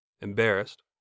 embarrassed